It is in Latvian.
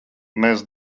mēs